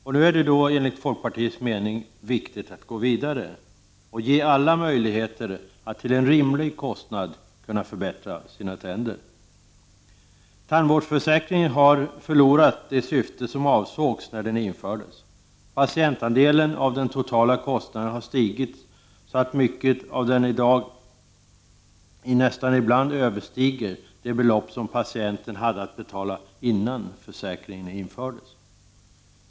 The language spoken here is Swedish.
Det är nu enligt folkpartiets mening viktigt att gå vidare och ge alla möjligheter att till en rimlig kostnad förbättra sina tänder. Tandvårdsförsäkringen har förlorat det syfte som avsågs när den infördes. Patientandelen av den 51 totala kostnaden har stigit så mycket att den i dag ibland nästan överstiger det belopp patienten hade att betala innan försäkringen infördes.